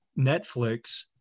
Netflix